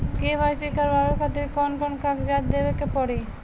KYC करवावे खातिर कौन कौन कागजात देवे के पड़ी?